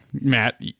Matt